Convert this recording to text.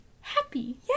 Happy